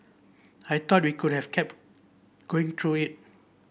I thought we could have kept going through it